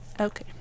Okay